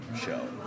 show